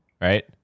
Right